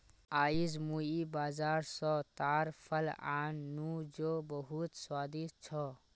आईज मुई बाजार स ताड़ फल आन नु जो बहुत स्वादिष्ट छ